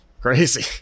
Crazy